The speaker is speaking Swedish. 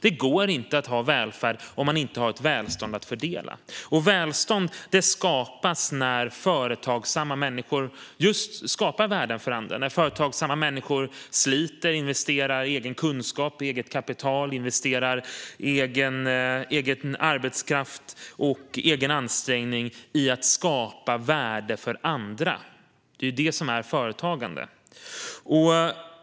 Det går inte att ha välfärd om man inte har ett välstånd att fördela, och välstånd skapas när företagsamma människor skapar värde för andra, sliter och investerar egen kunskap, eget kapital, egen arbetskraft och egen ansträngning i att skapa värde för andra. Det är detta som är företagande.